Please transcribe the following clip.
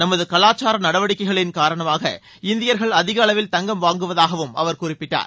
நமது கலாச்சார நடவடிக்கைகளின் காரணமாக இந்தியர்கள் அதிக அளவில் தங்கம் வாங்குவதாகவும் அவர் குறிப்பிட்டார்